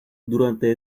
durante